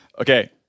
Okay